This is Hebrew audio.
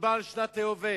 שמדובר על שנת היובל.